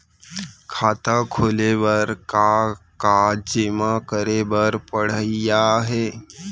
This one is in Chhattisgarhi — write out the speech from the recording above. खाता खोले बर का का जेमा करे बर पढ़इया ही?